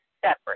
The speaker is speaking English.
separate